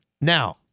Now